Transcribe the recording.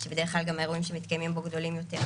שבדרך כלל גם האירועים שמתקיימים בו גדולים יותר,